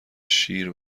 شیر